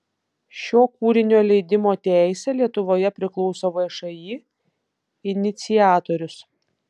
šio kūrinio leidimo teisė lietuvoje priklauso všį iniciatorius